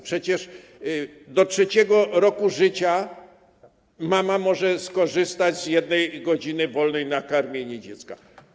Przecież do 3. roku życia dziecka mama może skorzystać z jednej godziny wolnej na karmienie dziecka.